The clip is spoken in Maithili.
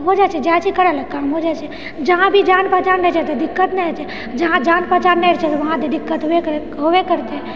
हो जाइ छै जाइ छी करै लऽ काम हो जाइ छै जहाँ भी जान पहचान रहै छै तऽ दिक्कत नहि होइ छै जहाँ जान पहचान नहि रहै छै वहाँ तऽ दिक्कत हू होबे करतै